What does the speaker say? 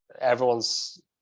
everyone's